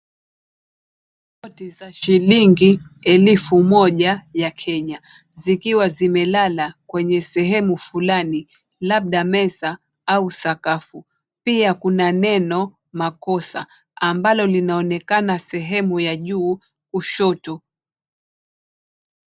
Noti za shilingi elfu moja ya Kenya. Zikiwa zimelala kwenye sehemu fulani, labda meza au sakafu. Pia kuna neno makosa ambalo linaonekana sehemu ya juu kushoto.